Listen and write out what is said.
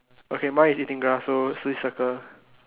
okay mine is eating grass so so you circle